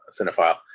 cinephile